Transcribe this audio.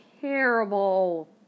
terrible